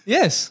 Yes